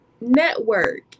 Network